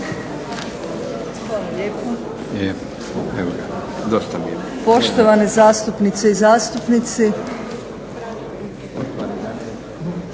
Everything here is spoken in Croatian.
Poštovane zastupnice i zastupnici,